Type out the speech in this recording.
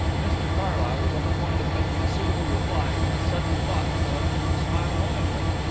mr carlyle was on the point of making a suitable reply when a sudden thought caused him to smile knowingly.